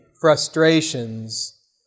frustrations